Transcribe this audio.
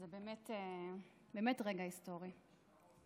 זה באמת רגע היסטורי.